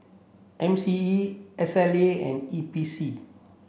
M C E S L A and E P C